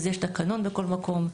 אז יש תקנון בכל מקום,